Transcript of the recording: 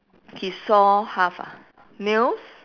he saw half ah nails